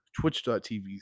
twitch.tv